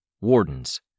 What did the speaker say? wardens